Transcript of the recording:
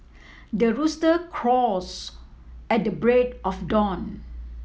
the rooster crows at the break of dawn